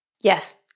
Yes